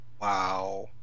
Wow